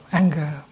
anger